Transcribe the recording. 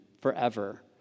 forever